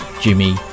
Jimmy